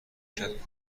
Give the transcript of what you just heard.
کشد